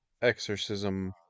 Exorcism